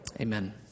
Amen